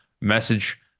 message